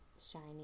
shiny